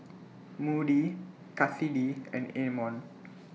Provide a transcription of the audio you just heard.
Moody Kassidy and Amon